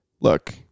look